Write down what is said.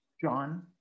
John